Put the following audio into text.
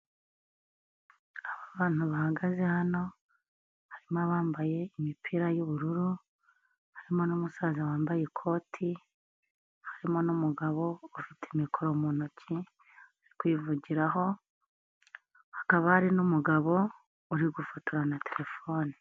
Aba bantu bahagaze hano, harimo abambaye imipira y'ubururu, harimo n'umusaza wambaye ikoti, harimo n'umugabo ufite mikoro mu ntoki, uri kuyivugiraho, hakaba ari n'umugabo uri gufotora na terefone.